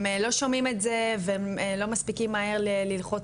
הם לא שומעים את זה והם לא מספיקים מהר ללחוץ